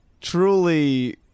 truly